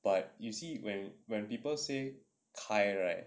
but you see when when people say 开 right